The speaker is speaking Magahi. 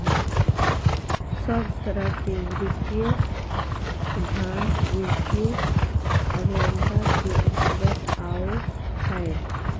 सब तरह के वित्तीय सिद्धान्त वित्तीय अभयन्ता के अन्तर्गत आवो हय